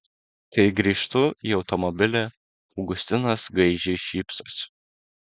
kai grįžtu į automobilį augustinas gaižiai šypsosi